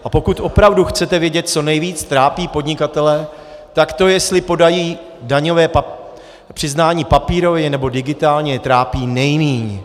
A pokud opravdu chcete vědět, co nejvíc trápí podnikatele, tak to, jestli podají daňové přiznání papírově, nebo digitálně, je trápí nejmíň.